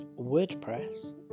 wordpress